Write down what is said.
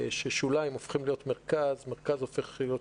ששוליים הופכים להיות מרכז ומרכז הופך להיות שוליים,